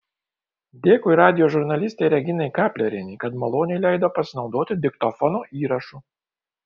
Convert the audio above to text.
dėkui radijo žurnalistei reginai kaplerienei kad maloniai leido pasinaudoti diktofono įrašu